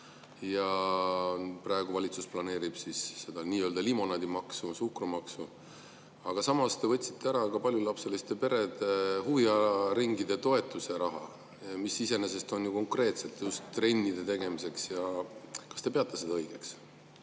Praegu valitsus planeerib seda nii-öelda limonaadimaksu, suhkrumaksu. Aga samas te võtsite ära paljulapseliste perede huviringide toetuse raha, mis iseenesest on ju konkreetselt trennide tegemiseks. Kas te peate seda õigeks?